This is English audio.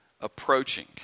approaching